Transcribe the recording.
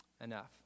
enough